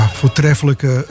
voortreffelijke